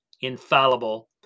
infallible